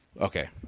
Okay